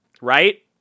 right